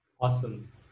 Awesome